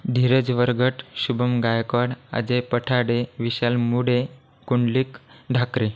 Dheeraj Wargat Shubham Gaikwad Ajay Pathade Vishal Mude Kundalik Dhakre